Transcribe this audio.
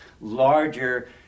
larger